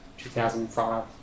2005